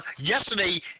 yesterday